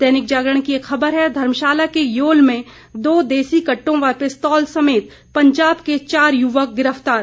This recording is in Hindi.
दैनिक जागरण की एक खबर है धर्मशाला के योल में दो देसी कट्टों व पिस्तौल समेत पंजाब के चार युवक गिरफ्तार